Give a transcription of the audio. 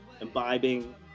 imbibing